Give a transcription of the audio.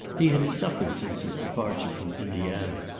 he had suffered since his departure from indiana.